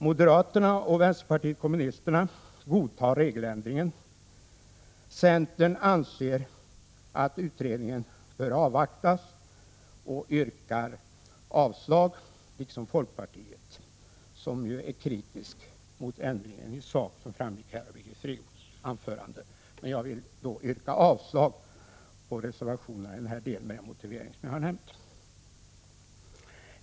Moderaterna och vänsterpartiet kommunisterna godtar regeländringarna. Centern anser att utredningen bör avvaktas och yrkar avslag, liksom folkpartiet, som ju är kritiskt mot ändringen i sak, vilket framgick av Birgit Friggebos anförande. Jag vill yrka avslag på reservationerna i denna del med den motivering som jag har nämnt.